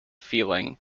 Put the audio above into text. feeling